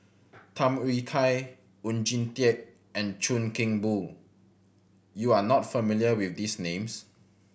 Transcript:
Tham Yui Kai Oon Jin Teik and Chuan Keng Boon you are not familiar with these names